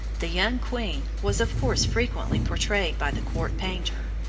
the young queen was of course frequently portrayed by the court painter,